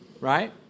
Right